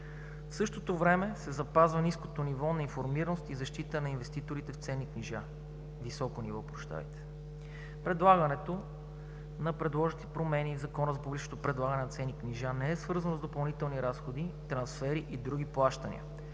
В същото време се запазва високо ниво на информираност и защита на инвеститорите в ценни книжа. Прилагането на предложените промени в Закона за публичното предлагане на ценни книжа не е свързано с допълнителни разходи, трансфери и други плащания.